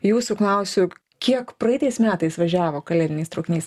jūsų klausiu kiek praeitais metais važiavo kalėdiniais traukiniais